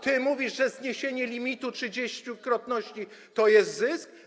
Ty mówisz, że zniesienie limitu trzydziestokrotności to jest zysk?